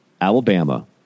Alabama